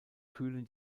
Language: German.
kühlen